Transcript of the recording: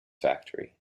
factory